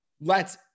lets